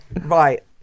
Right